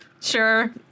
Sure